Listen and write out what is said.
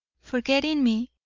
forgetting me,